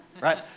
Right